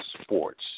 Sports